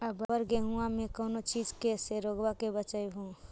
अबर गेहुमा मे कौन चीज के से रोग्बा के बचयभो?